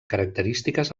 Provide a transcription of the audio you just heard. característiques